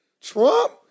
Trump